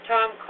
Tom